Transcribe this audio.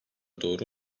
doğru